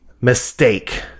mistake